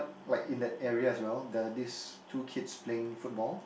like in that area as well there are these two kids playing football